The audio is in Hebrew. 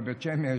בבית שמש,